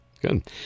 Good